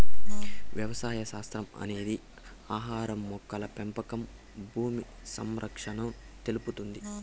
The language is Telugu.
వ్యవసాయ శాస్త్రం అనేది ఆహారం, మొక్కల పెంపకం భూమి సంరక్షణను తెలుపుతుంది